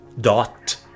dot